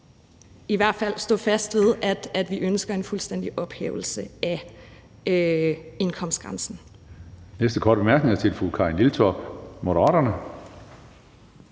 i hvert fald at stå fast ved, at vi ønsker en fuldstændig ophævelse af indkomstgrænsen.